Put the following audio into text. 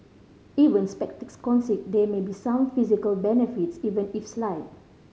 even sceptics concede there may be some physical benefits even if slight